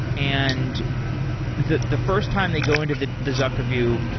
and the the first time they go into the the zuck review,